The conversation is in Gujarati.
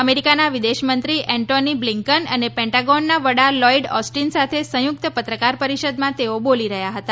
અમેરિકાના વિદેશમંતરી એનટોની બ્લિન્કન અને પેન્ટેગોનના વડા લોઈડ ઓસ્ટીન સાથે સંયુક્ત પત્રકાર પરિષદમાં તેઓ બોલી રહ્યા હતા